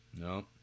No